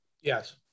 Yes